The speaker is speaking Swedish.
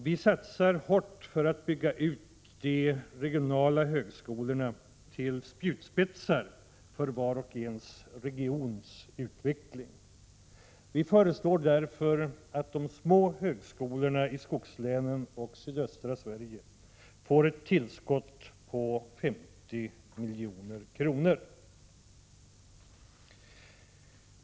Vi satsar hårt för att bygga ut de regionala högskolorna till spjutspetsar för varje regions utveckling. Vi föreslår därför att de små högskolorna i skogslänen och i sydöstra Sverige får ett tillskott på 50 milj.kr.